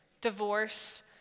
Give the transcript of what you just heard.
divorce